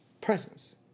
presence